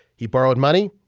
he borrowed money.